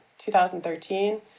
2013